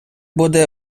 буде